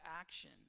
action